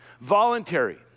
Voluntary